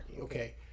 Okay